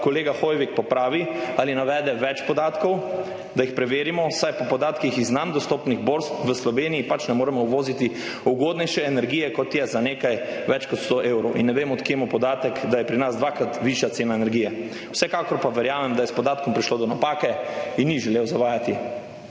kolega Hoivik popravi ali navede več podatkov, da jih preverimo, saj po podatkih iz nam dostopnih borz v Slovenijo pač ne moremo uvoziti ugodnejše energije kot je za nekaj več kot sto evrov. In ne vem, od kje mu podatek, da je pri nas cena energije dvakrat višja. Vsekakor pa verjamem, da je s podatkom prišlo do napake in ni želel zavajati.